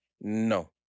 No